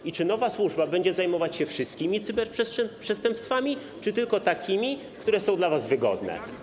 I czy nowa służba będzie zajmować się wszystkimi cyberprzestępstwami czy tylko takimi, które są dla was wygodne?